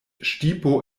ŝtipo